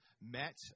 met